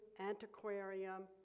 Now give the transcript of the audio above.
Antiquarium